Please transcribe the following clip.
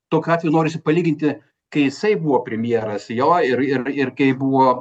tokiu atveju norisi palyginti kai jisai buvo premjeras jo ir ir ir kai buvo